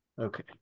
okay